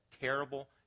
terrible